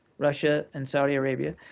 russia, and saudi arabia,